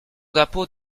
d’impôt